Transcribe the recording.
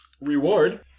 reward